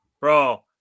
Bro